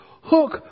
hook